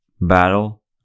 battle